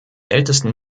ältesten